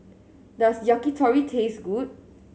does Yakitori taste good